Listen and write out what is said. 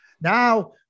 now